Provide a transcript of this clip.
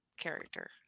character